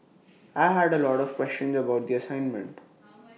I had A lot of questions about the assignment